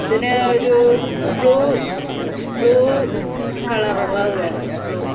അതിന് ഒരു blue blue കളറുള്ളതു വേണം ബ്ലു